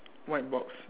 white box